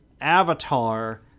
Avatar